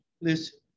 Listen